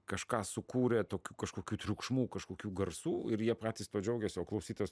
kažką sukūrė tokių kažkokių triukšmų kažkokių garsų ir jie patys tuo džiaugiasi o klausytojas